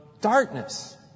Darkness